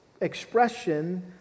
expression